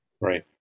right